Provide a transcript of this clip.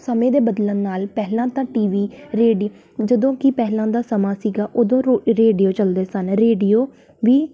ਸਮੇਂ ਦੇ ਬਦਲਣ ਨਾਲ ਪਹਿਲਾਂ ਤਾਂ ਟੀਵੀ ਰੇਡੀਓ ਜਦੋਂ ਕਿ ਪਹਿਲਾਂ ਦਾ ਸਮਾਂ ਸੀਗਾ ਉਦੋਂ ਰੋ ਰੇਡੀਓ ਚਲਦੇ ਸਨ ਰੇਡੀਓ ਵੀ